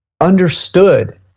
understood